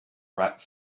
rack